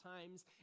times